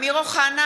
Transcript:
אמיר אוחנה,